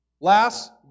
last